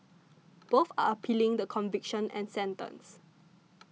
both are appealing the conviction and sentence